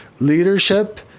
leadership